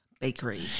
Bakery